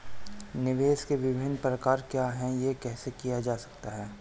निवेश के विभिन्न प्रकार क्या हैं यह कैसे किया जा सकता है?